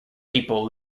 people